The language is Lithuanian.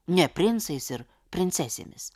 ne princais ir princesėmis